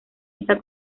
esa